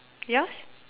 yours